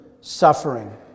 suffering